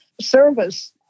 service